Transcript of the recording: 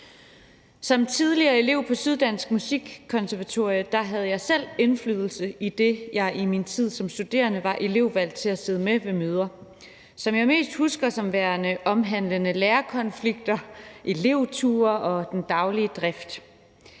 Som tidligere elev på Syddansk Musikkonservatorium havde jeg selv indflydelse, idet jeg i min tid som studerende var elevvalgt til at sidde med ved møder, som jeg mest husker som omhandlende lærerkonflikter, elevture og den daglige drift.